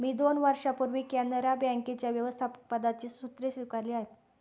मी दोन वर्षांपूर्वी कॅनरा बँकेच्या व्यवस्थापकपदाची सूत्रे स्वीकारली आहेत